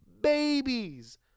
Babies